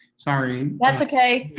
sorry that's okay.